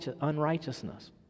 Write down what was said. unrighteousness